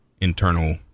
internal